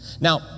Now